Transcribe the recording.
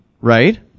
Right